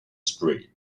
street